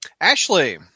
Ashley